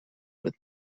with